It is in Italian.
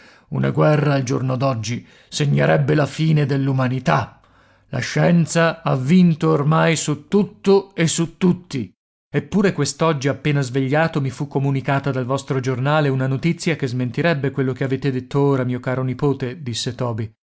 una guerra al giorno d'oggi segnerebbe la fine dell'umanità la scienza ha vinto ormai su tutto e su tutti eppure quest'oggi appena svegliato mi fu comunicata dal vostro giornale una notizia che smentirebbe quello che avete detto ora mio caro nipote disse toby